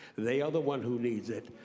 they are the one who needs it,